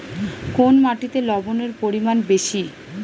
কোন মাটিতে লবণের পরিমাণ বেশি?